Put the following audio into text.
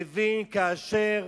מבין שכאשר